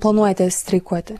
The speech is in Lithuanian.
planuojate streikuoti